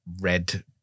red